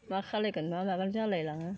मा खालायगोन मा मागोन जालाय लाङो